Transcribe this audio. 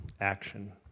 action